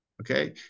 Okay